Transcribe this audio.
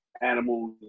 animals